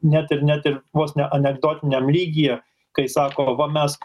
net ir net ir vos ne anekdotiniam lygyje kai sako va mes